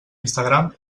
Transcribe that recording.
instagram